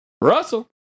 Russell